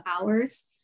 hours